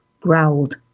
growled